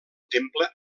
temple